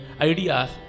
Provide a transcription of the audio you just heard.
ideas